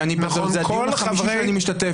וזה הדיון החמישי שאני משתתף בו.